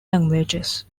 languages